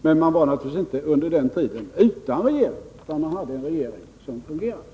Men landet var naturligtvis inte utan regering under tiden, utan man hade en fungerande regering, nämligen den gamla.